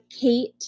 Kate